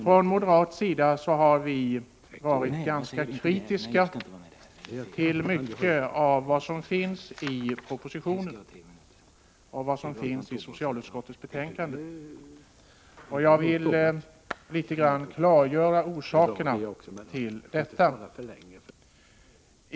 Från moderat sida har vi varit ganska kritiska till mycket av vad som föreslås i propositionen och i betänkandet. Jag vill litet grand klargöra orsakerna till detta.